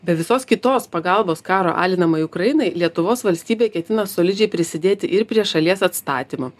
be visos kitos pagalbos karo alinamai ukrainai lietuvos valstybė ketina solidžiai prisidėti ir prie šalies atstatymo